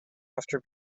after